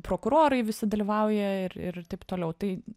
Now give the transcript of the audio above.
prokurorai visi dalyvauja ir ir taip toliau tai